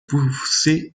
poussez